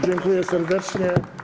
Dziękuję serdecznie.